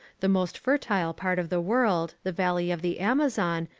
the most fertile part of the world, the valley of the amazon,